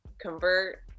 convert